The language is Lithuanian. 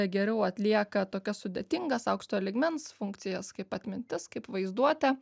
geriau atlieka tokias sudėtingas aukšto lygmens funkcijas kaip atmintis kaip vaizduotė